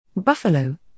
Buffalo